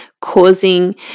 causing